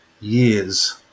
years